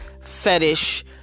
fetish